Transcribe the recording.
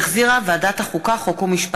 שהחזירה ועדת החוקה, חוק ומשפט.